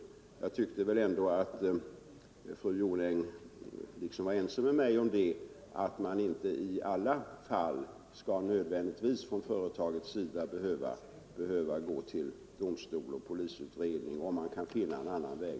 Jag tyckte väl ändå att fru Jonäng var ense med mig om att företagen inte i alla fall skall behöva gå till domstol, om man kan hitta en annan väg.